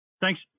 thanks